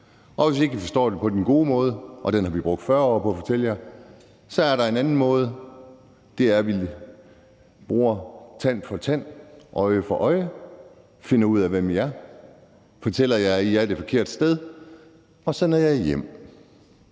Og hvis ikke I forstår det på den gode måde, og den har vi brugt 40 år på at fortælle jer, er der en anden måde, og det er, at vi bruger tand for tand, øje for øje, finder ud af, hvem I er, fortæller jer, at I er det forkerte sted, og sender jer hjem.